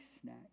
snack